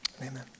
Amen